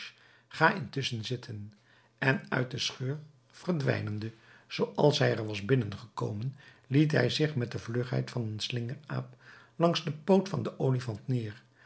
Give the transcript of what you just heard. ga intusschen zitten en uit de scheur verdwijnende zooals hij er was binnengekomen liet hij zich met de vlugheid van een slingeraap langs den poot van den olifant neer